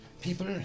people